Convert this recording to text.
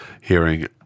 hearing